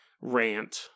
rant